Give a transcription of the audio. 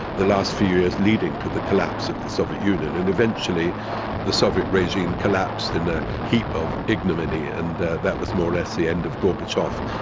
the last few years leading to the collapse of the soviet union, and eventually the soviet regime collapsed in a heap of ignominy and that that was more or less the end of gorbachev.